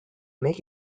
make